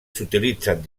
s’utilitzen